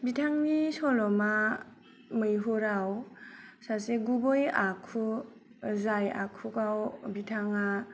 बिथांनि सल'मा मैहुराव सासे गुबै आखु जाय आखुआव बिथाङा